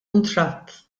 kuntratt